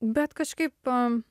bet kažkaip